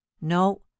no